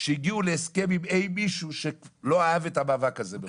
שהגיעו להסדר עם אי מישהו שלא אהב את המאבק הזה.